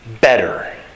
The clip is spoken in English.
better